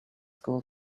school